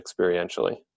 experientially